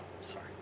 sorry